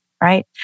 right